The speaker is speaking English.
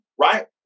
right